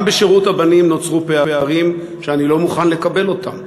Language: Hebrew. גם בשירות הבנים נוצרו פערים שאני לא מוכן לקבל אותם.